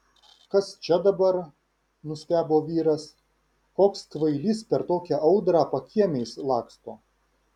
kas čia dabar nustebo vyras koks kvailys per tokią audrą pakiemiais laksto